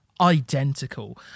identical